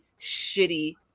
shitty